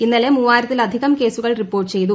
ഇന്നലെ മൂവായിരത്തില്ലധികൃം കേസുകൾ റിപ്പോർട്ട് ചെയ്തു